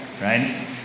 right